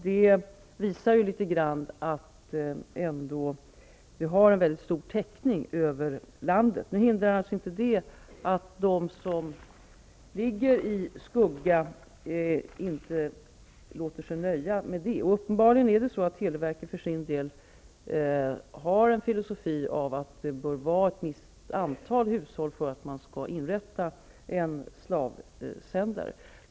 De visar litet grand att vi ändå har en väldigt stor täckning över landet. Detta hindrar naturligtvis inte att de som ligger i skuggan inte låter sig nöjas med det. Uppenbarligen har televerket för sin del en filosofi att det bör vara ett visst antal hushåll för att man skall inrätta en slavsändare.